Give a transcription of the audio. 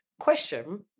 question